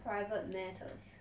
private matters